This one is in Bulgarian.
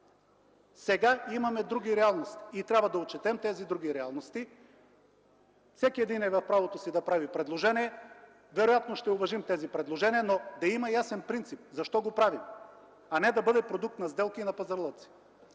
Сега имаме други реалности и трябва да отчетем тези реалности. Всеки един е в правото си да прави предложение. Вероятно ще уважим тези предложения, но да има ясен принцип – защо го правим, а не да бъде продукт на сделки и пазарлъци.